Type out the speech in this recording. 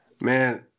man